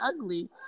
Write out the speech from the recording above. ugly